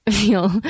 feel